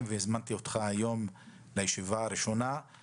והזמנתי אותך היום לישיבה הראשונה של הוועדה.